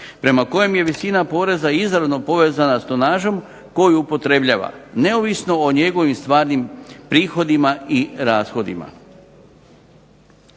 po kojem je visina poreza izravno povezana sa tonažom koju upotrebljava. Neovisno o njegovim stvarnim prihodima i rashodima.